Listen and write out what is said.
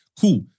Cool